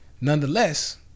nonetheless